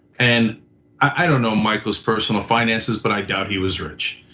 and i don't know michael's personal finances, but i doubt he was rich.